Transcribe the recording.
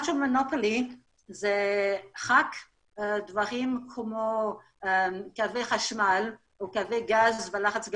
מונופולים טבעיים זה רק דברים כמו קווי חשמל או קווי גז בלחץ גבוה,